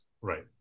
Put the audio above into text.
Right